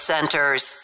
Centers